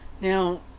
Now